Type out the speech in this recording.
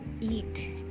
eat